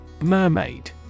Mermaid